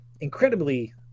incredibly